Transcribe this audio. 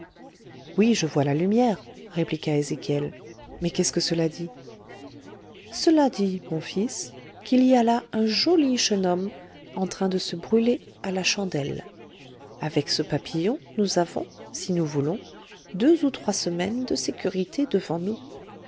oui je vois la lumière répliqua ezéchiel mais qu'est-ce que cela dit cela dit mon fils qu'il y a là un joli jeune homme en train de se brûler à la chandelle avec ce papillon nous avons si nous voulons deux on trois semaines de sécurité devant nous